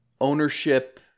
ownership